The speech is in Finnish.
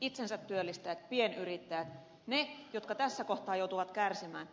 itsensä työllistäjät pienyrittäjät ne jotka tässä kohtaa joutuvat kärsimään